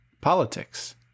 politics